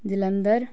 Jalandhar